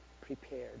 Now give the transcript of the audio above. prepared